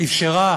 אפשרה